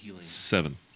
Seven